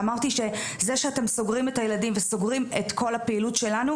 שאמרתי שזה שאתם סוגרים את הילדים וסוגרים את כל הפעילות שלנו,